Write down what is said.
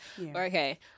Okay